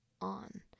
on